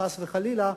חס וחלילה,